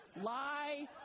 Lie